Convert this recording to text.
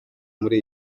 muri